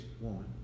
woman